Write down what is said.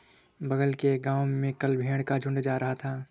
बगल के गांव में कल भेड़ का झुंड जा रहा था